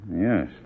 Yes